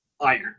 Iron